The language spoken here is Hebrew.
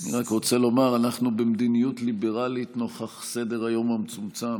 אני רק רוצה לומר: אנחנו במדיניות ליברלית נוכח סדר-היום המצומצם,